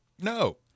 No